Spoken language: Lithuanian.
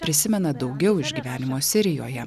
prisimena daugiau iš gyvenimo sirijoje